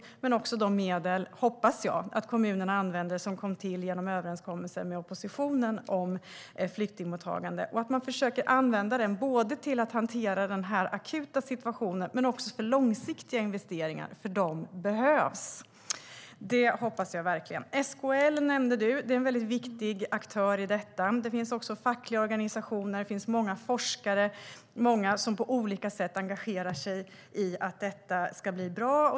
Men det handlar också om de medel som jag hoppas att kommunerna använder, som kom till genom överenskommelsen med oppositionen om flyktingmottagande. Det handlar om att man försöker använda det till att hantera den akuta situationen men också för långsiktiga investeringar, för de behövs. Det hoppas jag verkligen. Du nämnde SKL. Det är en väldigt viktig aktör i detta sammanhang. Det finns också fackliga organisationer. Det finns många forskare. Det finns många som på olika sätt engagerar sig för att detta ska bli bra.